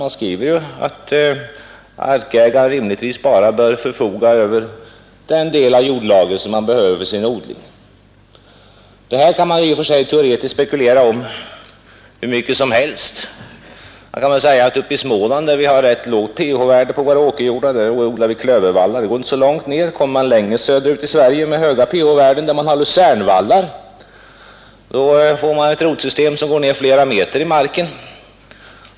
Man skriver ju att markägare rimligtvis bara bör förfoga över den del av jordlagret som han behöver för sin odling. Detta kan man teoretiskt spekulera om hur mycket som helst. I Småland, där vi har rätt lågt pH-värde på vår åkerjord, odlar vi klövervallar, och där går rötterna inte så långt ned. Längre söderut i Sverige där det är höga pH-värden och där man har lusernvallar, får man ett rotsystem som går ned flera meter i marken.